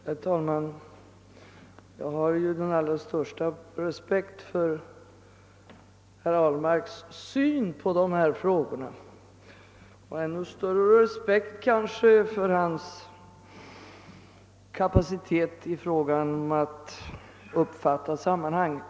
Herr talman! Jag har den allra största respekt för herr Ahlmarks syn på dessa frågor och kanske ännu större respekt för hans kapacitet när det gäl ler att uppfatta sammanhang.